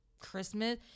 Christmas